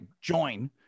join